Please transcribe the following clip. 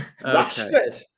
Rashford